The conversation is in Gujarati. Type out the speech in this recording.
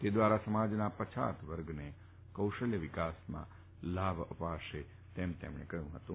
તે દ્વારા સમાજના પછાત વર્ગને કૌશલ્ય વિકાસમાં લાભ અપાશે તેમ તેમણે જણાવ્યું હતું